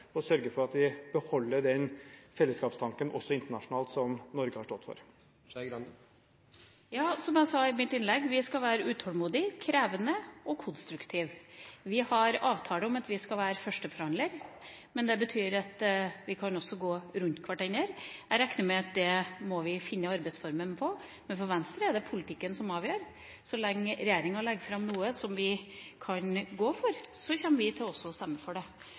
og sørge for at vi beholder den fellesskapstanken – også internasjonalt – som Norge har stått for? Ja, som jeg sa i mitt innlegg: Vi skal være utålmodige, krevende og konstruktive. Vi har avtale om at vi skal være førsteforhandler, men det betyr at vi også kan gå rundt hverandre. Jeg regner med at det må vi finne arbeidsformen for. Men for Venstre er det politikken som avgjør. Så lenge regjeringa legger fram noe vi kan gå for, kommer vi også til å stemme for det.